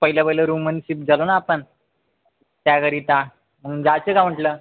पयलं पहिलं रूममध्ये शिफ्ट झालो ना आपण त्याकरीता मग जायचं का म्हटलं